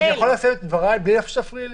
אני יכול לשאת את דבריי בלי שתפריעי לי?